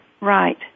Right